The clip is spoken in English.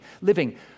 living